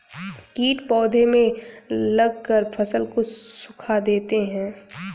कीट पौधे में लगकर फसल को सुखा देते हैं